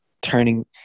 turning